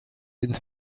into